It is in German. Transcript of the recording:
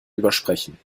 übersprechen